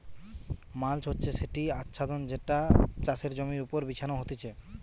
mulch হচ্ছে সেটি আচ্ছাদন যেটা চাষের জমির ওপর বিছানো হতিছে